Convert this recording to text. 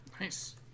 Nice